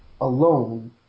alone